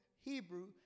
Hebrew